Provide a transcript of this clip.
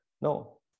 no